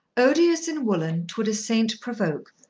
odious in woollen twould a saint provoke,